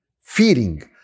feeling